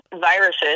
viruses